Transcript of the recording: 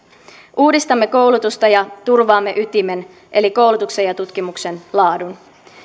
uudistamme koulutusta ja turvaamme ytimen eli koulutuksen ja tutkimuksen laadun